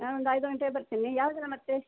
ಹಾಂ ಒಂದು ಐದು ಗಂಟೆಗೆ ಬರ್ತೇನೆ ಯಾವುದೆಲ್ಲ ಮತ್ತು